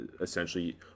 essentially